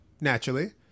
naturally